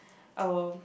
I will